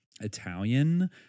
Italian